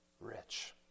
rich